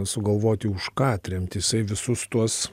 sugalvoti už ką tremti jisai visus tuos